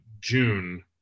June